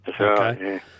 okay